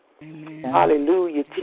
Hallelujah